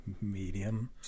Medium